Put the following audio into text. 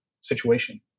situation